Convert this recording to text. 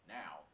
now